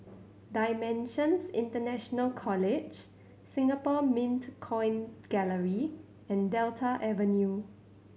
Dimensions International College Singapore Mint Coin Gallery and Delta Avenue